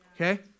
okay